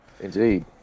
Indeed